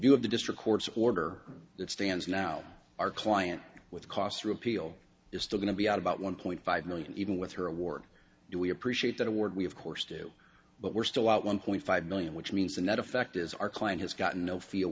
view of the district court's order that stands now our client with costs repeal is still going to be out about one point five million even with her award we appreciate that award we of course do but we're still out one point five million which means the net effect is our client has gotten no feel